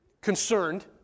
concerned